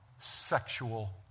sexual